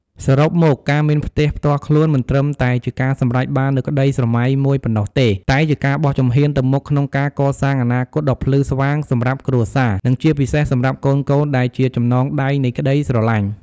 សរុបមក ការមានផ្ទះផ្ទាល់ខ្លួនមិនត្រឹមតែជាការសម្រេចបាននូវក្តីស្រមៃមួយប៉ុណ្ណោះទេ តែជាការបោះជំហានទៅមុខក្នុងការកសាងអនាគតដ៏ភ្លឺស្វាងសម្រាប់គ្រួសារ និងជាពិសេសសម្រាប់កូនៗដែលជាចំណងដៃនៃក្តីស្រឡាញ់។